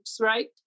right